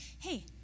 hey